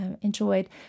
enjoyed